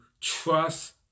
trust